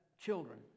children